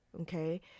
okay